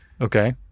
okay